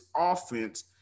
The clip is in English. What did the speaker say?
offense